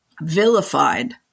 Vilified